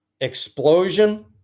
explosion